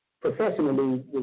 professionally